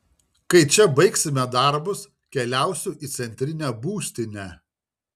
kai čia baigsime darbus keliausiu į centrinę būstinę